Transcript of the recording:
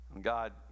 God